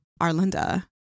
Arlinda